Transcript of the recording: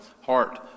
heart